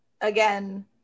again